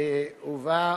שהובאה,